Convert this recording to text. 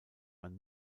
man